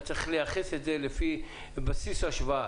אתה צריך לייחס את זה לבסיס השוואה.